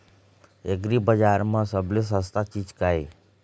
एग्रीबजार म सबले सस्ता चीज का ये?